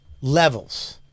Levels